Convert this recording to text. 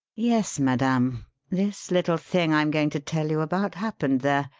yes, madame this little thing i'm going to tell you about happened there.